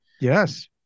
Yes